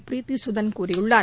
பிரீத்தி குதன் கூறியுள்ளார்